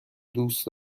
دوست